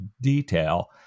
detail